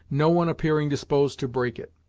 no one appearing disposed to break it.